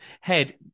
head